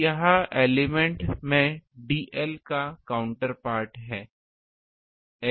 तो यह एलिमेंट में dl का काउंटर पार्ट है a